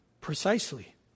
Precisely